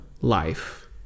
life